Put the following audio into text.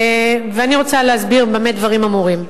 ואני רוצה להסביר במה דברים אמורים.